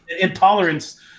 intolerance